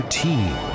team